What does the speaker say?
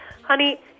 honey